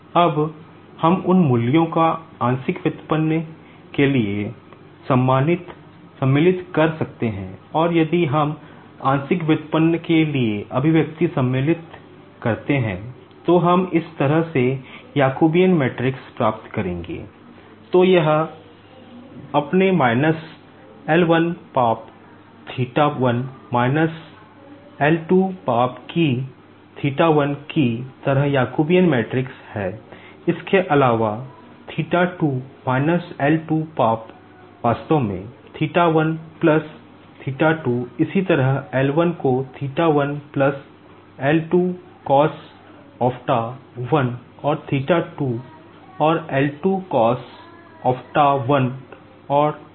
अब हम उन मूल्यों को पार्शियल डेरिवेटिव है इसके अलावा theta 2 माइनस L 2 पाप वास्तव में theta 1 प्लस theta 2 इसी तरह L 1 को theta 1 plus L 2 cos ofta 1 और theta 2 और L 2 cos ofta 1 और theta 2